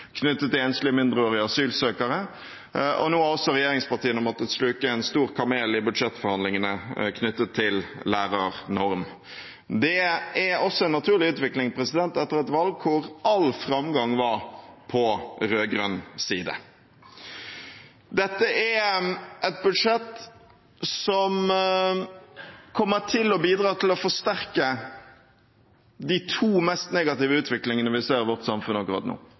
knyttet til foreldrepermisjon, knyttet til enslige mindreårige asylsøkere. Nå har også regjeringspartiene måttet sluke en stor kamel i budsjettforhandlingene, knyttet til lærernorm. Det er også en naturlig utvikling etter et valg hvor all framgang var på rød-grønn side. Dette er et budsjett som kommer til å bidra til å forsterke de to mest negative utviklingene vi ser i vårt samfunn akkurat nå: den økende ulikheten i makt og